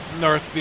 North